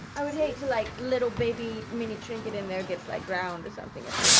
i would hate to like little baby, mini trinket in there gets like drowned or something if i'm